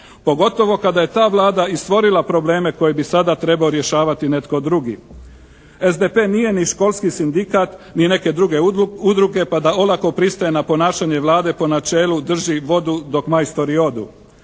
pogotovo kad je ta Vlada i stvorila probleme koje bi sada trebao rješavati netko drugi. SDP nije ni školski sindikat ni neke druge udruge pa da olako pristaje na ponašanje Vlade po načelu "drži vodu dok majstori odu".